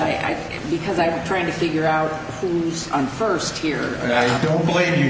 and i because i'm trying to figure out who's on first here i don't blame you